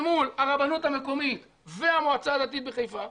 מול הרבנות המקומית והמועצה הדתית בחיפה,